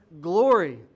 glory